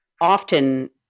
often